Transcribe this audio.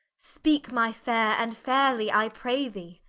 speake my faire, and fairely, i pray thee